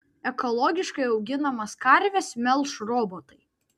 ekologiškai auginamas karves melš robotai